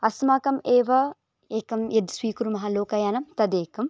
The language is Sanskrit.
अस्माकम् एव एकं यद् स्वीकुर्मः लोकयानं तदेकम्